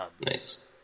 nice